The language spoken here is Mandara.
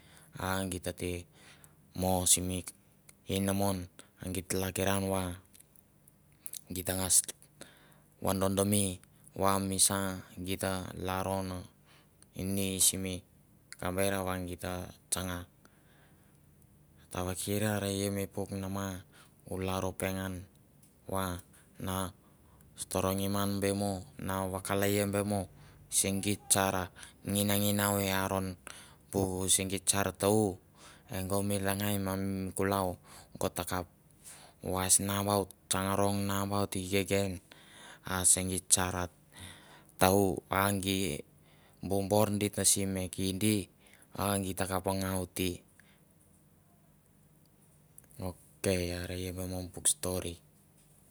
A ge ta te mo simi inamon, a git tlakiran va gi tangas vodondome va misa git ta lalron ini simi kamber va git ta tsanga. Tavaker are ia puk nama u lalro pengan va na storongim ngan be mo, na vakalaia be mo se geit sar a nginanginau i aron bu se geit sar ta- u, mi langai ma mi kulau go ta kap mas nambaut, tsang rong nambaut i gege, a se geit sar ta- u gi bu bor di te si me kindi a git takap ngau te. Ok are i be mo mi puk stori